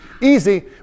easy